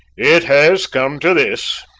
it has come to this,